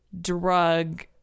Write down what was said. drug